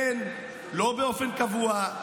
כן, לא באופן קבוע.